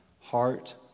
heart